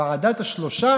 ועדת השלושה